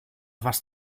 was